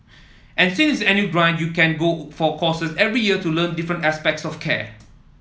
and since annual grant you can go for courses every year to learn different aspects of care